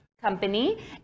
company